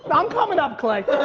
but i'm coming up clay.